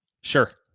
Sure